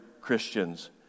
Christians